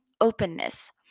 openness